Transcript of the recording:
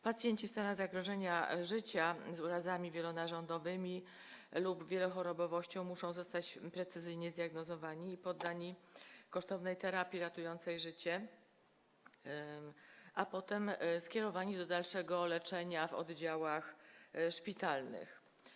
Pacjenci w stanach zagrożenia życia z urazami wielonarządowymi lub wielochorobowością muszą zostać precyzyjnie zdiagnozowani i poddani kosztownej terapii ratującej życie, a potem skierowani do dalszego leczenia w oddziałach szpitalnych.